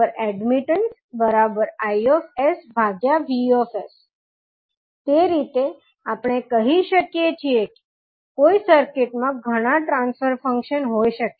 𝐻𝑠 𝐴𝑑𝑚𝑖𝑡𝑡𝑎𝑛𝑐𝑒 Iv તે રીતે આપણે કહી શકીએ છીએ કે કોઈ સર્કિટમાં ઘણા ટ્રાન્સફર ફંક્શન્સ હોઈ શકે છે